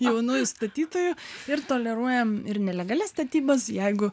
jaunųjų statytojų ir toleruojam ir nelegalias statybas jeigu